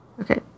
Okay